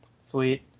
Sweet